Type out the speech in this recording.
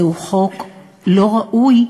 זהו חוק לא ראוי,